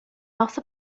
also